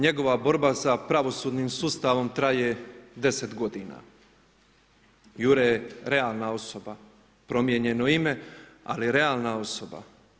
Njegova borba za pravosudnim sustavom, traje 10 g. Jure je realna osoba, promijenjeno ime, ali realna osoba.